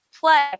play